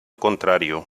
contrario